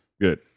good